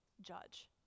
judge